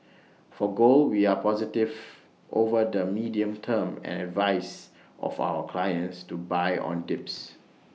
for gold we are positive over the medium term and advise of our clients to buy on dips